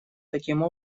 таким